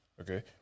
okay